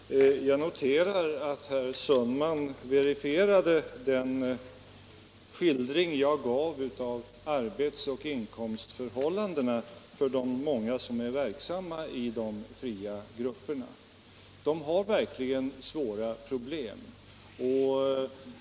Herr talman! Jag noterar att herr Sundman verifierade den skildring jag gav av arbetsoch inkomstförhållandena för de många som är verksamma i de fria grupperna. De har verkligen svåra problem.